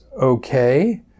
Okay